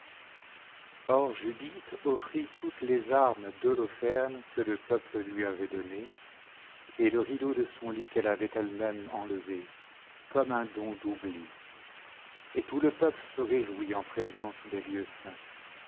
or judith offrit toutes les armes d'holoferrae que le peuple lui avait données et le rideau de son lit qu'elle avait elle-même enlevé comme un don d'oubli et tout le peuple se réjouit en présence des lieux saints